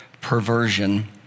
perversion